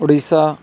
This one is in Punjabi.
ਉੜੀਸਾ